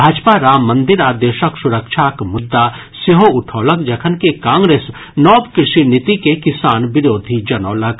भाजपा राम मंदिर आ देशक सुरक्षाक मुद्दा सेहो उठौलक जखनकि कांग्रेस नव कृषि नीति के किसान विरोधी जनौलक